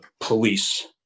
police